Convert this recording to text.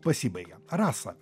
pasibaigė rasa